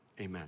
Amen